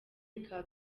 bikaba